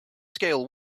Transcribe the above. scale